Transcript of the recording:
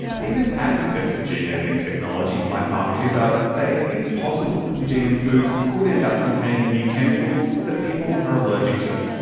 even advocates of gene-editing technology like mark tizard say it is possible gm foods could end up containing new chemicals that people are allergic to.